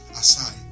aside